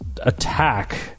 attack